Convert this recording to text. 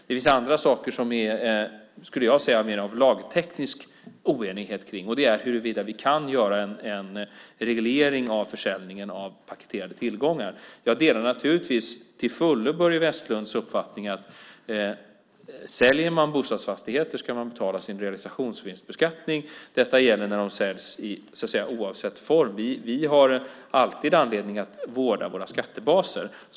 Det finns andra saker, skulle jag säga, som det är mer lagteknisk oenighet kring, och det är huruvida vi kan göra en reglering av försäljningen av paketerade tillgångar. Jag delar naturligtvis till fullo Börje Vestlunds uppfattning att de som säljer bostadsfastigheter ska betala realisationsvinstskatt. Detta gäller när de säljs oavsett form. Vi har alltid anledning att vårda våra skattebaser.